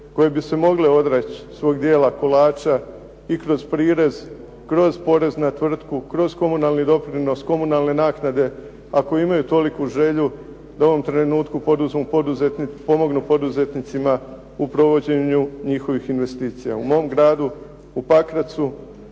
koje bi se mogle odreći svog dijela kolača i kroz prirez, kroz porez na tvrtku, kroz komunalni doprinos, komunalne naknade, ako imaju toliku želju da u ovom trenutku pomognu poduzetnicima u provođenju njihovih investicija. U mom gradu, u Pakracu,